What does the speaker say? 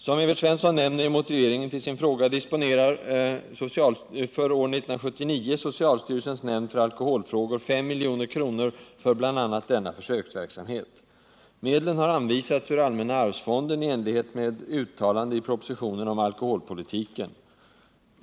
Som Evert Svensson nämner i motiveringen till sin fråga disponerar socialstyrelsens nämnd för alkoholfrågor 5 milj.kr. för år 1979 för bl.a. denna försöksverksamhet.